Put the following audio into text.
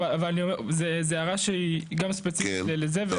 אבל זאת הערה שהיא גם ספציפית לזה.